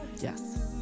Yes